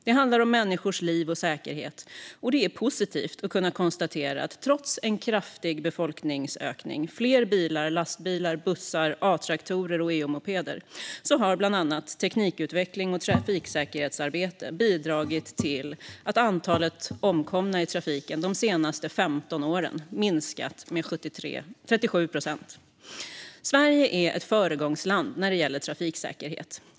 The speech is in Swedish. Det handlar om människors liv och säkerhet, och det är positivt att kunna konstatera att trots en kraftig befolkningsökning och fler bilar, lastbilar, bussar, A-traktorer och EU-mopeder har bland annat teknikutveckling och trafiksäkerhetsarbete bidragit till att antalet omkomna i trafiken de senaste 15 åren minskat med 37 procent. Sverige är ett föregångsland när det gäller trafiksäkerhet.